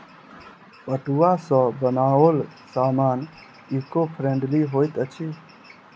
पटुआ सॅ बनाओल सामान ईको फ्रेंडली होइत अछि